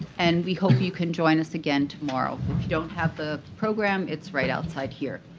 and we hope you can join us again tomorrow. if you don't have the program, it's right outside here.